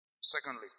Secondly